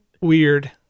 Weird